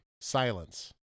Silence